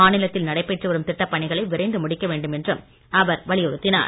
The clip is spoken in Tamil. மாநிலத்தில் நடைபெற்று வரும் திட்டப்பணிகளை விரைந்து முடிக்க வேண்டும் என்றும் அவர் வலியுறுத்தினார்